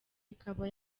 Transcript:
ikaba